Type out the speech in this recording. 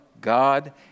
God